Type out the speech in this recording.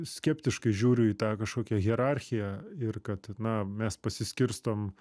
skeptiškai žiūriu į tą kažkokią hierarchiją ir kad na mes pasiskirstom